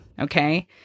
okay